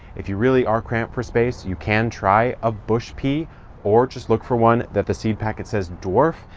if you really are cramped for space you can try a bush pea or just look for one that the seed packet says dwarf.